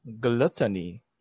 gluttony